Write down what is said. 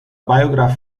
biograph